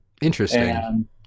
Interesting